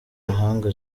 amahanga